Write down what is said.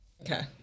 Okay